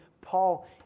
Paul